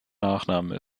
nachname